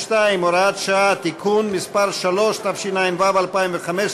62, הוראת שעה) (תיקון מס' 3), התשע"ו 2015,